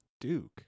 Duke